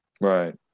right